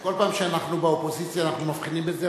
כל פעם שאנחנו באופוזיציה אנחנו מבחינים בזה.